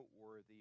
noteworthy